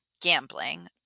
gambling